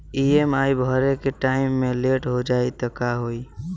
EMI भरे के time मे लेट हो जायी त का होई?